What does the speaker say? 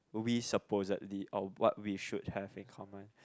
we supposedly or what we should have in common